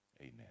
amen